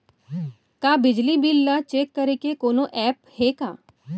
का बिजली बिल ल चेक करे के कोनो ऐप्प हे का?